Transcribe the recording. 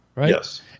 Yes